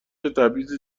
تبعیض